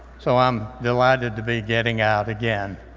so i'm delighted to be getting out again.